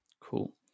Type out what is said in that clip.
cool